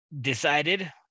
decided